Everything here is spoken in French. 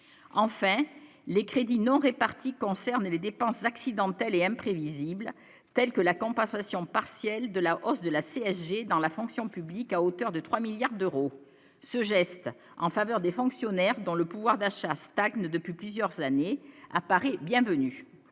enfin les crédits non répartis concerne les dépenses accidentelles et imprévisibles, tels que la compensation partielle de la hausse de la CSG dans la fonction publique à hauteur de 3 milliards d'euros, ce geste en faveur des fonctionnaires dans le pouvoir d'achat stagne depuis plusieurs années à Paris, bienvenue